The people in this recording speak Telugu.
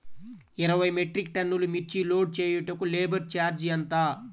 ఇరవై మెట్రిక్ టన్నులు మిర్చి లోడ్ చేయుటకు లేబర్ ఛార్జ్ ఎంత?